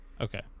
Okay